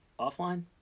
offline